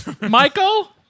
Michael